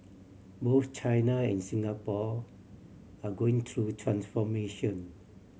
both China and Singapore are going through transformation